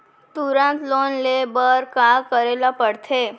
तुरंत लोन ले बर का करे ला पढ़थे?